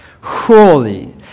holy